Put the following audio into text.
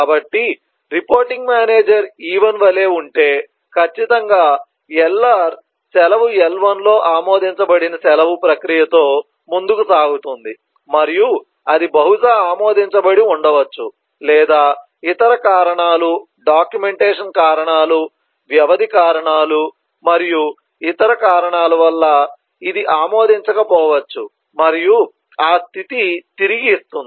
కాబట్టి reporting manager E1 వలె ఉంటే ఖచ్చితంగా LR సెలవు L1 లో ఆమోదించబడిన సెలవు ప్రక్రియతో ముందుకు సాగుతుంది మరియు అది బహుశా ఆమోదించబడి ఉండవచ్చు లేదా ఇతర కారణాలు డాక్యుమెంటేషన్ కారణాలు వ్యవధి కారణాలు మరియు ఇతర కారణాల వల్ల ఇది ఆమోదించక పోవచ్చు మరియు ఆ స్థితి తిరిగి ఇస్తుంది